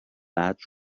بعد